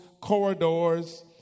corridors